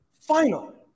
final